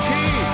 Key